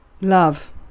Love